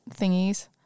thingies